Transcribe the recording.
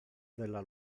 della